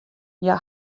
hja